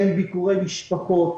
אין ביקורי משפחות,